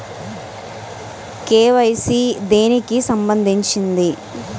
KYC దేనికి సంబందించింది?